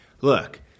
look